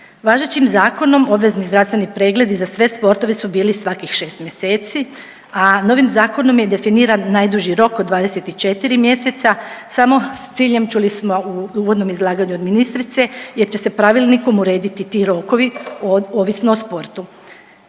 Važećim zakonom obvezni zdravstveni pregledi za sve sportove su bili svakih 6 mjeseci, a novim zakonom je definiran najduži rok od 24 mjeseca samo s ciljem, čuli smo u uvodnom izlaganju od ministrice, jer će se pravilnikom urediti ti rokovi ovisno o sportu.